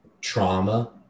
trauma